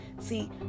See